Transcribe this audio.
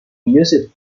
used